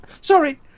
Sorry